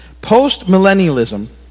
Post-millennialism